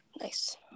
nice